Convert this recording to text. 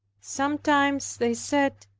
sometimes they said,